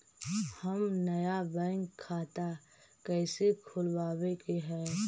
हम नया बैंक खाता कैसे खोलबाबे के है?